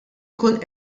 ikun